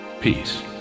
peace